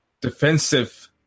defensive